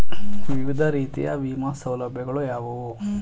ವಿವಿಧ ರೀತಿಯ ವಿಮಾ ಸೌಲಭ್ಯಗಳು ಯಾವುವು?